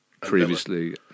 previously